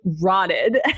rotted